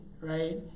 right